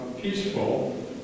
peaceful